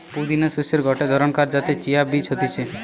পুদিনা শস্যের গটে ধরণকার যাতে চিয়া বীজ হতিছে